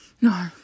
No